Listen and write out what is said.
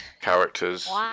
characters